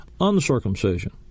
uncircumcision